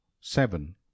seven